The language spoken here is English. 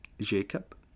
Jacob